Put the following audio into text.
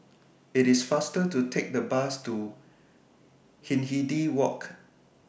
IT IS faster to Take The Bus to Hindhede Walk